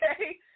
Okay